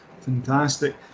fantastic